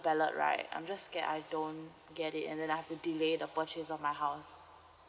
ballot right I'm just scared that I don't get it and then I've to delay the purchase of my house